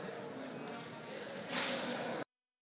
Hvala